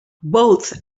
both